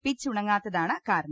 pitch ഉണങ്ങാത്തതാണ് കാരണം